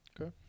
Okay